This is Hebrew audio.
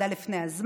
לידה לפני,